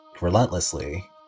relentlessly